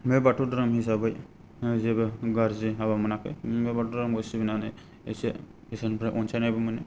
बे बाथौ धोरोम हिसाबै जेबो गाज्रि हाबा मोनाखै बे बाथौ धोरोमखौ सिबिनानै एसे इसोरनिफ्राय अनसायनायबो मोनो